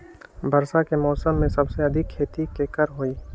वर्षा के मौसम में सबसे अधिक खेती केकर होई?